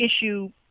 issue